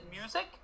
music